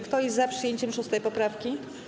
Kto jest za przyjęciem 6. poprawki?